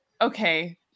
okay